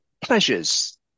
Pleasures